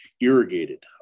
irrigated